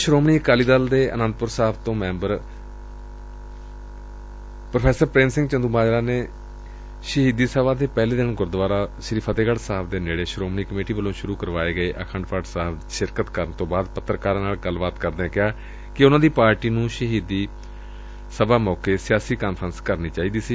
ਸ਼ੋਮਣੀ ਅਕਾਲੀ ਦਲ ਦੇ ਆਨੰਦਪੁਰ ਸਾਹਿਬ ਤੋ member parliament pro Prem Singh Chandumajra ਨੇ ਸ਼ਹੀਦੀ ਸਭਾ ਦੇ ਪਹਿਲੇ ਦਿਨ ਗੁਰਦਆਰਾ ਸ੍ਰੀ ਫਤਿਹਗੜ੍ਸ ਸਾਹਿਬ ਦੇ ਨੇੜੇ ਸ਼ੋਮਣੀ ਕਮੇਟੀ ਵੱਲੋ ਸ਼ੁਰੂ ਕਰਵਾਏ ਆਖੰਠ ਪਾਠ ਵਿਚ ਸ਼ਿਰਕਤ ਕਰਨ ਤੋ ਬਾਅਦ ਪੱਤਰਕਾਰਾ ਨਾਲ ਗੱਲਬਾਤ ਦੌਰਾਨ ਕਿਹਾ ਕਿ ਉਨ੍ਹਾ ਦੀ ਪਾਰਟੀ ਨੂੰ ਸ਼ਹੀਦੀ ਮੌਕੇ ਸਿਆਸੀ ਕਾਨਫਰੰਸ ਕਰਨੀ ਚਾਹੀਦੀ ਸੀ